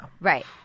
Right